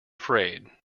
afraid